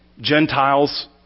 Gentiles